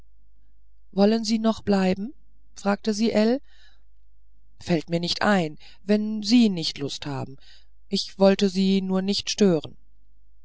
wollen sie noch bleiben fragte sie ell fällt mir nicht ein wenn sie nicht lust haben ich wollte sie nur nicht stören